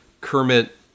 Kermit